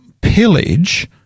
pillage